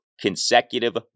consecutive